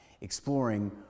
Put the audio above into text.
exploring